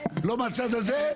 לא מהצד הזה ולא מהצד הזה.